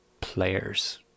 players